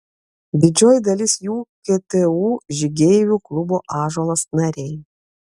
didžioji dalis jų ktu žygeivių klubo ąžuolas nariai